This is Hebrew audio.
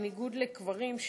בניגוד לקברים,